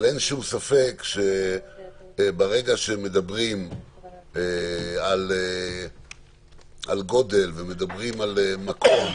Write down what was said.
אבל אין שום ספק שברגע שמדברים על גודל ומדברים על מקום,